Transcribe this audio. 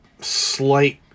slight